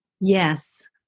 Yes